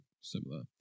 similar